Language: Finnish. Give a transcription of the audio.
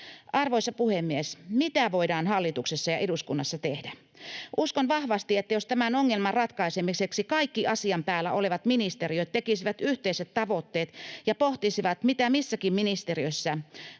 Arvoisa puhemies! Mitä voidaan hallituksessa ja eduskunnassa tehdä? Uskon vahvasti, että jos kaikki asian päällä olevat ministeriöt tekisivät tämän ongelman ratkaisemiseksi yhteiset tavoitteet ja pohtisivat, mitä missäkin ministeriössä